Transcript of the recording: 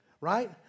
right